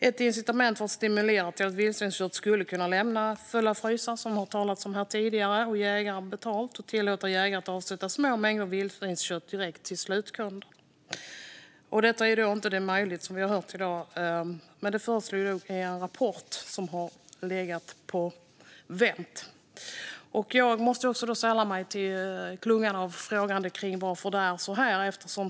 Ett incitament för att vildsvinskött ska kunna lämna fulla frysar och ge jägaren betalt är att tillåta jägare att avsätta små mängder vildsvinskött direkt till slutkund. Som vi hört här är detta inte möjligt i dag, men det föreslås i en rapport som har legat på vänt. Jag måste sälla mig till klungan som frågar varför det är så här.